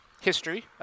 history